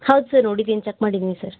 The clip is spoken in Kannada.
ಹೌದು ಸರ್ ನೋಡಿದೀನಿ ಚೆಕ್ ಮಾಡಿದ್ದೀನಿ ಸರ್